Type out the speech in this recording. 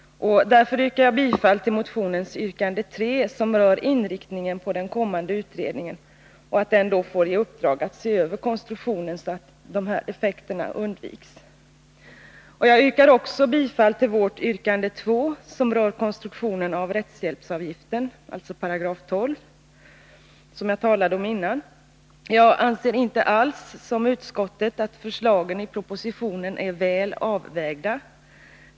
Därför hemställer jag om bifall till motionens yrkande 3, som rör inriktningen på den kommande utredningen, som alltså då bör få i uppdrag att se över konstruktionen så att de här effekterna undviks. Jag hemställer också om bifall till vårt yrkande 2, som rör konstruktionen av rättshjälpsavgiften och således 12 §, som jag talade om tidigare. Jag anser inte alls som utskottet, att förslagen i propositionen är väl avvägda.